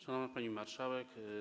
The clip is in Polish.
Szanowna Pani Marszałek!